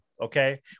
Okay